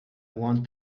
want